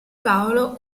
paolo